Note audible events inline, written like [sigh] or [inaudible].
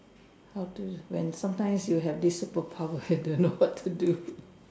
how to when sometimes you have this superpower you don't know what to do [noise]